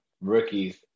rookies